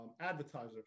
advertiser